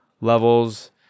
levels